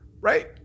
right